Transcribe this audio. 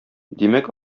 димәк